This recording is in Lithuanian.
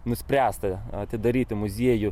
nuspręsta atidaryti muziejų